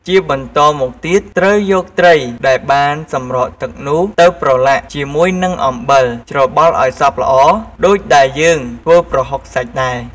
ជាបន្តមកទៀតត្រូវយកត្រីដែលបានសម្រក់ទឹកនោះ ទៅប្រឡាក់ជាមួយនឹងអំបិលច្របល់ឱ្យសព្វល្អ ដូចដែលយើងធ្វើប្រហុកសាច់ដែរ។